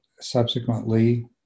subsequently